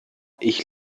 ich